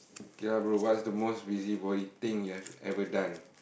okay lah bro what is the most busybody thing you have ever done